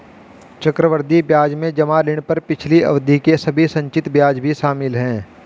चक्रवृद्धि ब्याज में जमा ऋण पर पिछली अवधि के सभी संचित ब्याज भी शामिल हैं